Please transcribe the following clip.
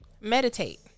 meditate